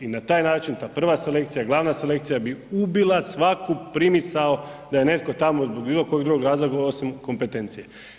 I na taj način ta prva selekcija, glavna selekcija bi ubila svaku primisao da je netko tamo zbog bilo kojeg drugog razloga osim kompetencije.